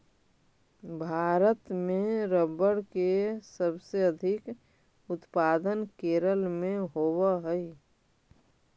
भारत में रबर के सबसे अधिक उत्पादन केरल में होवऽ हइ